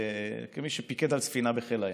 כמי שפיקד על ספינה בחיל הים.